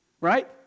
right